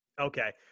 Okay